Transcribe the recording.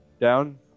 down